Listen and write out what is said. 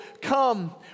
come